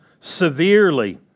severely